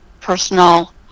personal